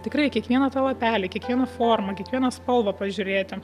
tikrai kiekvieną tą lapelį kiekvieną formą kiekvieną spalvą pažiūrėti